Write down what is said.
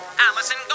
Alison